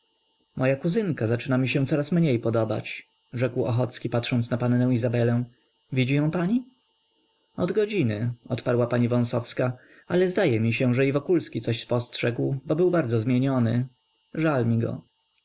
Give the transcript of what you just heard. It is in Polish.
moja kuzynka zaczyna mi się coraz mniej podobać rzekł ochocki patrząc na pannę izabelę widzi ją pani od godziny odparła pani wąsowska ale zdaje mi się że i wokulski coś spostrzegł bo był bardzo zmieniony